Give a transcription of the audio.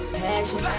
passion